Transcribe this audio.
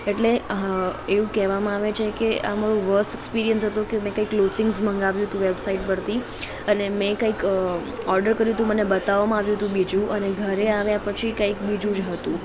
એટલે એવું કહેવામાં આવે છે કે આ મારો વર્સ્ટ એક્સપિરિયન્સ હતો કે મેં કંઇ ક્લોથિંગ્સ મંગાવ્યુ હતુ વેબસાઇટ પરથી અને મેં કંઇક ઓર્ડર કર્યુ હતું મને બતાવવામાં આવ્યું હતુ બીજું અને ઘરે આવ્યા પછી કાંઇક બીજું જ હતું